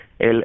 El